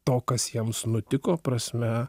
to kas jiems nutiko prasme